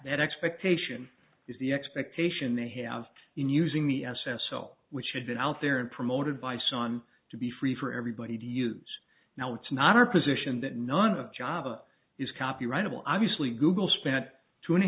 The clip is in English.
that expectation is the expectation they have in using the s s o which had been out there and promoted by sun to be free for everybody to use now it's not our position that none of java is copyrightable obviously google spent two and a